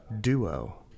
duo